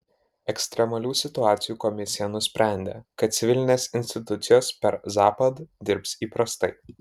ekstremalių situacijų komisija nusprendė kad civilinės institucijos per zapad dirbs įprastai